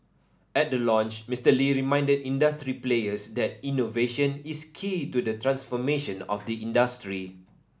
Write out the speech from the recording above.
at the launch Mister Lee reminded industry players that innovation is key to the transformation of the industry